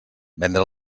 vendre